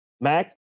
mac